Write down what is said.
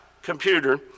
computer